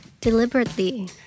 Deliberately